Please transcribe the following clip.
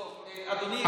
לא, אדוני סגן השר.